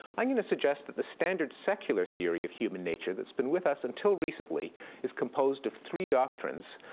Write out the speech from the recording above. i'm going to suggest that the standard secular theory of human nature that's been with us until recently is composed of three doctrines,